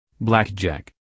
Blackjack